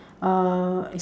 uh